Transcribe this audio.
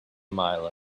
mile